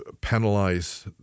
penalize